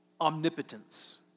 omnipotence